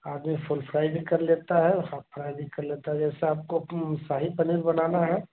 आदमी full fry भी कर लेता है और हाफ फ्राई भी कर लेता है जैसा आपको शाही पनीर बनाना है